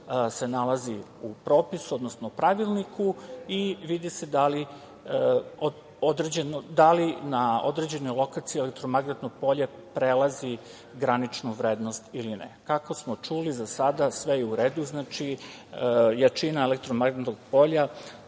se nalazi u propisu, odnosno pravilniku i vidi se da li na određenoj lokaciji elektromagnetno polje prelazi graničnu vrednost ili ne. Kako smo čuli, za sada je sve u redu, jačina elektromagnetnog polja